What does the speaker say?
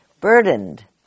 Burdened